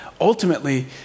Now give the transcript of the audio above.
Ultimately